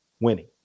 winning